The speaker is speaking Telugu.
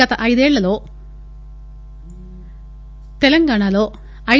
గత ఐదేళ్లలో తెలంగాణ లో ఐ